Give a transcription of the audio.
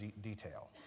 detail